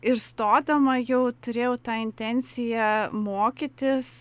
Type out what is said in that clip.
ir stodama jau turėjau tą intenciją mokytis